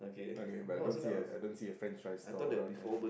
okay but I don't see a I don't see a french fries store around there